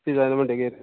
ती जायना म्हणटगीर